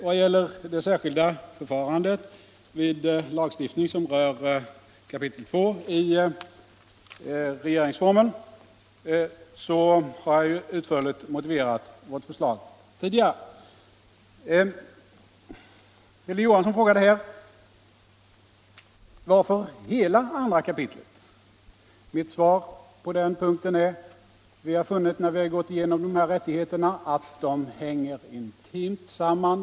Vad gäller det särskilda förfarandet vid lagstiftning som rör 2 kap. regeringsformen har jag redan tidigare utförligt motiverat vårt förslag. Men varför hela andra kapitlet? frågade herr Johansson. Mitt svar på den punkten är att när vi har gått igenom dessa rättigheter, så har vi funnit att de hänger intimt samman.